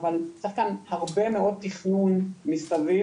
אבל צריך כאן הרבה מאוד תכנון מסביב.